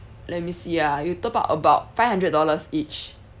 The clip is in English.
let me see ah you top up about five hundred dollars each